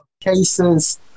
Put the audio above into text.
cases